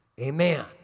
Amen